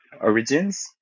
origins